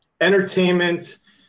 entertainment